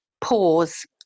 pause